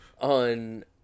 on